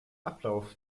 ablauf